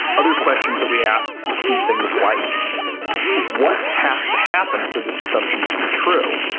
other questions that we ask include things like what has to happen for this assumption to be true?